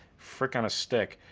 frick on a stick.